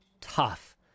tough